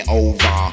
over